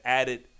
added